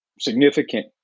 significant